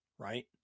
right